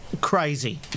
crazy